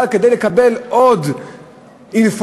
אבל כדי לקבל עוד אינפורמציה,